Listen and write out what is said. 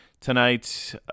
tonight